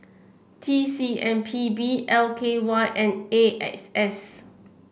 T C M P B L K Y and A X S